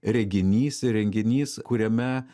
reginys ir renginys kuriame